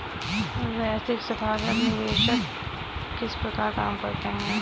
वैश्विक संथागत निवेशक किस प्रकार काम करते हैं?